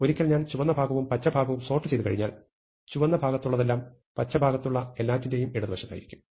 ഒരിക്കൽ ഞാൻ ചുവന്ന ഭാഗവും പച്ചഭാഗവും സോർട്ട് ചെയ്തുകഴിഞ്ഞാൽ ചുവന്ന ഭാഗത്തുള്ളതെല്ലാം പച്ച ഭാഗത്തുള്ള എല്ലാറ്റിന്റെയും ഇടതുവശത്തായിരിക്കും